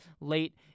late